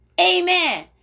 Amen